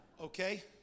Okay